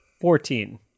Fourteen